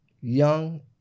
young